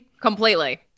Completely